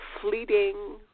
fleeting